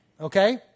Okay